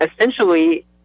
essentially